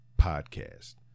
podcast